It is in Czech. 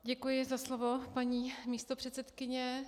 Děkuji za slovo, paní místopředsedkyně.